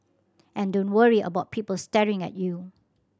and don't worry about people staring at you